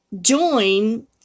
join